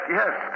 yes